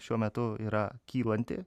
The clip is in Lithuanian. šiuo metu yra kylanti